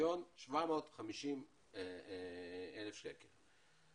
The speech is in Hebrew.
ב-121,750,000 שקל.